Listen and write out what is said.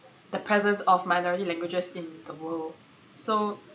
the presence of minority languages in the world so